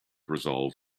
resolve